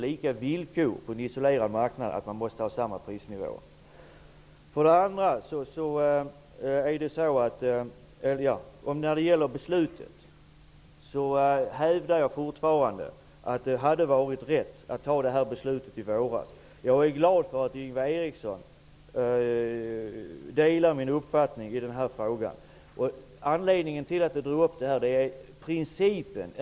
Lika villkor på en isolerad marknad betyder däremot inte att man måste ha samma prisnivå. Jag hävdar fortfarande att det hade varit rätt att fatta detta beslut i våras. Jag är glad över att Ingvar Eriksson delar min uppfattning i denna fråga. Anledningen till att jag drog upp detta är principen.